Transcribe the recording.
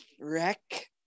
Wreck